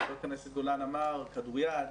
חבר הכנסת גולן אמר כדוריד.